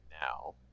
now